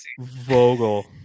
Vogel